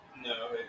No